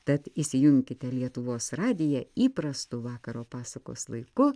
tad įsijunkite lietuvos radiją įprastu vakaro pasakos laiku